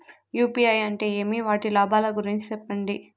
UPI అంటే ఏమి? వాటి లాభాల గురించి సెప్పండి?